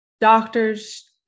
doctors